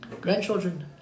grandchildren